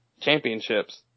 championships